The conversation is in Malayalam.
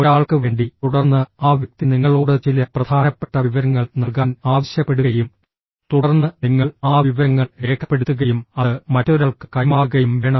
ഒരാൾക്ക് വേണ്ടി തുടർന്ന് ആ വ്യക്തി നിങ്ങളോട് ചില പ്രധാനപ്പെട്ട വിവരങ്ങൾ നൽകാൻ ആവശ്യപ്പെടുകയും തുടർന്ന് നിങ്ങൾ ആ വിവരങ്ങൾ രേഖപ്പെടുത്തുകയും അത് മറ്റൊരാൾക്ക് കൈമാറുകയും വേണം